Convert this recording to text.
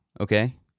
Okay